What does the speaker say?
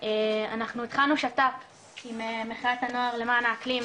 אנחנו התחלנו שת"פ עם מחאת הנוער למען האקלים,